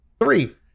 Three